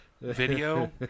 video